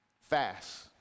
Fast